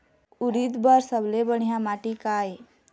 उरीद बर सबले बढ़िया माटी का ये?